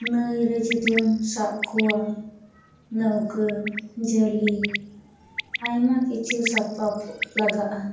ᱱᱟᱹᱭᱨᱮ ᱡᱩᱫᱤᱢ ᱥᱟᱵ ᱠᱚᱣᱟ ᱱᱟᱹᱣᱠᱟᱹ ᱡᱷᱟᱹᱞᱤ ᱟᱭᱢᱟ ᱠᱤᱪᱷᱩ ᱥᱟᱯᱟᱵ ᱞᱟᱜᱟᱜᱼᱟ